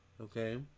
Okay